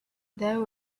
there